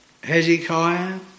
Hezekiah